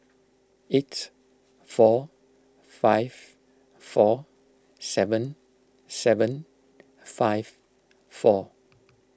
eight four five four seven seven five four